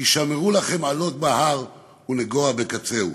"הִשמרו לכם עלות בהר ונגֹע בקצהו".